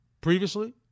previously